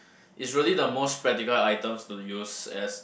it's really the most practical items to use as